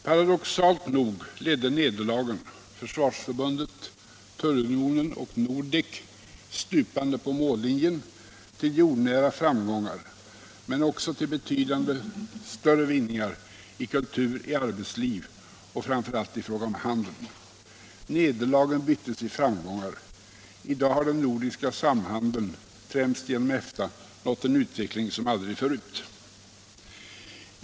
Paradoxalt nog ledde nederlagen — försvarsförbundet, tullunionen och Nordek, stupande på mållinjen — till jordnära framgångar, men också till betydande större vinningar i kultur, i arbetsliv och framför allt i fråga om handeln. Nederlagen byttes i framgångar. I dag har den nordiska samhandeln främst genom EFTA nått en utveckling som aldrig förut.